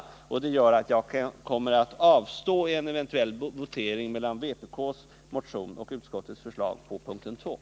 Därför kommer jag att avstå från att rösta vid en eventuell votering mellan utskottets förslag och vpk:s motion.